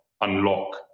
unlock